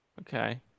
Okay